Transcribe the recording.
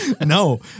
no